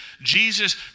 Jesus